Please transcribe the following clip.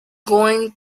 going